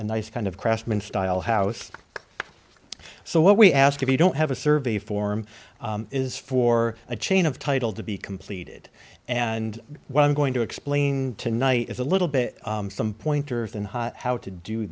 a nice kind of craftsman style house so what we ask if you don't have a survey form is for a chain of title to be completed and what i'm going to explain tonight is a little bit some pointers and how to do